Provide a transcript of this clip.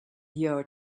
your